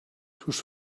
sus